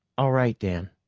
all right, dan.